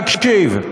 להקשיב.